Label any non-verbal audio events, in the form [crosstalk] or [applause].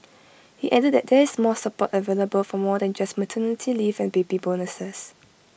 [noise] he added that there is more support available for them than just maternity leave and be baby bonuses